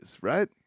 right